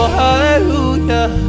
hallelujah